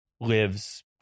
lives